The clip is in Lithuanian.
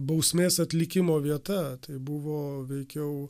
bausmės atlikimo vieta tai buvo veikiau